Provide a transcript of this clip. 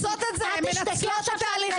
הן עושות את זה, הן מנצלות את ההליכים.